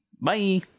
Bye